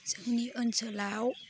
जोंनि ओनसोलाव